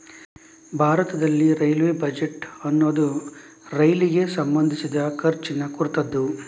ಭಾರತದಲ್ಲಿ railway budget ಅನ್ನುದು ರೈಲಿಗೆ ಸಂಬಂಧಿಸಿದ ಖರ್ಚಿನ ಕುರಿತದ್ದು